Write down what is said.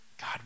God